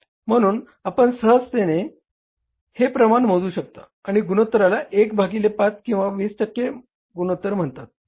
म्हणून आपण सहजतेने हे प्रमाण मोजू शकता आणि या गुणोत्तराला 1 भागिले 5 किंवा 20 टक्के गुणोत्तर म्हणतात